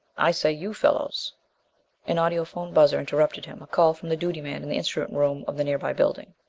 i say, you fellows an audiphone buzzer interrupted him, a call from the duty man in the instrument room of the nearby building.